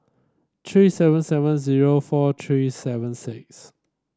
three seven seven zero four three seven six